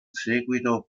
seguito